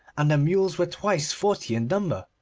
and the mules were twice forty in number.